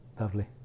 Lovely